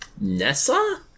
Nessa